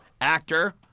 actor